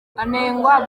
anengwa